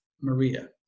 Maria